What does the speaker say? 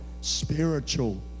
spiritual